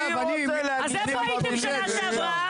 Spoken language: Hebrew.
אז איפה הייתם שנה שעברה?